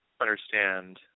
understand